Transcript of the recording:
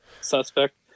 suspect